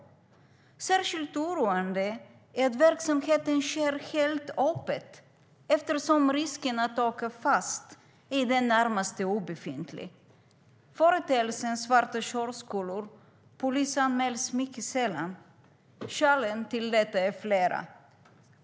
Särskilt oroande är att verksamheten sker helt öppet eftersom risken att åka fast är i det närmaste obefintlig. Svarta körskolor polisanmäls sällan. Skälen till det är flera.